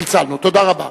תודה רבה.